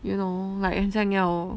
you know like 很像要